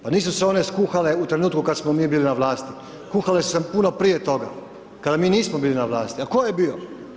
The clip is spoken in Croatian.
Pa nisu se oni skuhale u trutku kada smo mi bili na vlasti, kuhale su se puno prije toga, kada mi nismo bili na vlasti, a tko je bio?